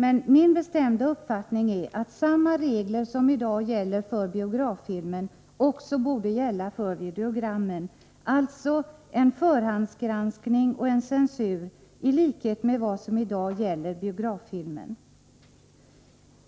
Men min bestämda uppfattning är att samma regler som i dag gäller för biograffilmen också borde gälla för videogrammen, alltså en förhandsgranskning och en censur i likhet med vad som i dag gäller för biograffilm.